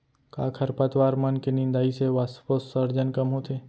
का खरपतवार मन के निंदाई से वाष्पोत्सर्जन कम होथे?